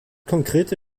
konkrete